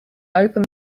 open